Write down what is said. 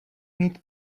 mít